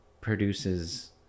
produces